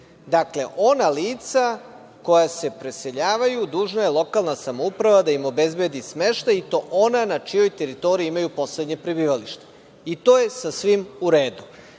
ona lica koja se preseljavaju dužna je lokalna samouprava da im obezbedi smeštaj i to ona na čijoj teritoriji imaju poslednje prebivalište. To je sasvim u redu,